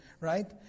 right